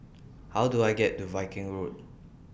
How Do I get to Viking Road